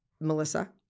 melissa